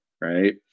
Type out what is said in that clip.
right